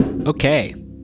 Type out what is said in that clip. Okay